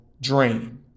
drain